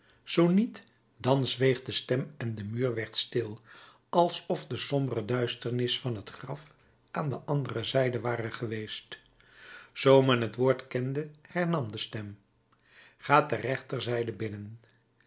zoo niet dan zweeg de stem en de muur werd stil alsof de sombere duisternis van het graf aan de andere zijde ware geweest zoo men het woord kende hernam de stem ga ter rechterzijde binnen